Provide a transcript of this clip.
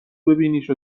ببینیش